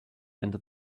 enter